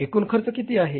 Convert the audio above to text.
एकूण खर्च किती आहे